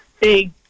big